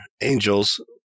Angel's